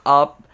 up